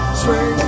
swing